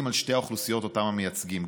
על שתי האוכלוסיות שאותן אתם המייצגים,